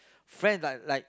friends like like